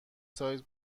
سایز